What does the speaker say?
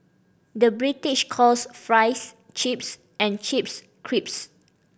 the British calls fries chips and chips crisps